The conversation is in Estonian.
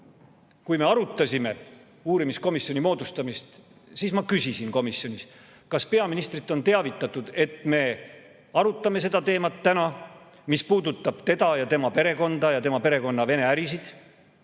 kui me arutasime uurimiskomisjoni moodustamist, siis ma küsisin komisjonis, kas peaministrit on teavitatud, et me arutame täna seda teemat – mis puudutab teda, tema perekonda ja tema perekonna Vene-ärisid